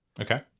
Okay